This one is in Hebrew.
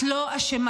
את לא אשמה,